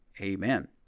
Amen